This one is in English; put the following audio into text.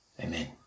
Amen